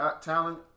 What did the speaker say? Talent